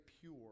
pure